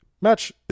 Match